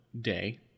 day